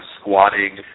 squatting